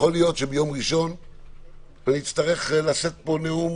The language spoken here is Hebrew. יכול להיות שביום ראשון אצטרך לשאת פה נאום,